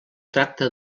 tracta